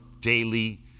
daily